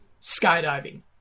skydiving